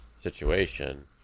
situation